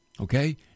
okay